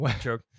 Joke